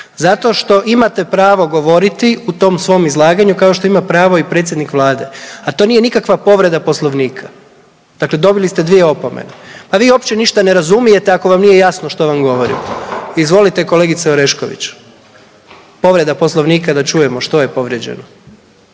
zato što imate pravo govoriti u tom svom izlaganju kao što ima pravo i predsjednik vlade, a to nije nikakva povreda poslovnika. Dakle, dobili ste dvije opomene. Pa vi uopće ništa ne razumijete ako vam nije jasno što vam govorim. Izvolite kolegice Orešković, povreda poslovnika, da čujemo što je povrijeđeno.